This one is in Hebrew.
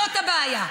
זאת הבעיה.